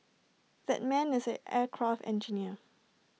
that man is an aircraft engineer